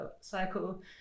cycle